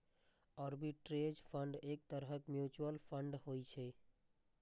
arbitrage fund एक तरहक mutual fund होइ छै